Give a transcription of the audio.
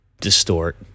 distort